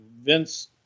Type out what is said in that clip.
Vince